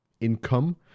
income